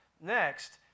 Next